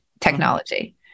technology